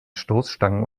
stoßstangen